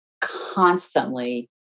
constantly